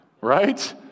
Right